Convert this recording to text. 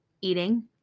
eating